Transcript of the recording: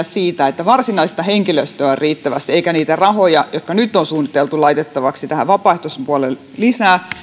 siitä että varsinaista henkilöstöä on riittävästi eikä niitä rahoja joita nyt on suunniteltu laitettavaksi tähän vapaaehtoispuolelle lisää